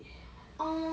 ah